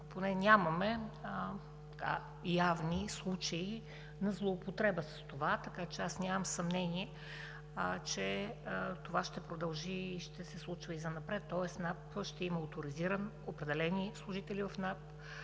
поне, нямаме явни случаи на злоупотреба с това. Така че аз нямам съмнение, че това ще продължи и ще се случва и занапред. Тоест определени служители в